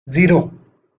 zero